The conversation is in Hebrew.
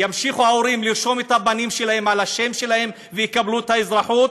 ימשיכו ההורים לרשום את הבנים שלהם על השם שלהם ויקבלו את האזרחות,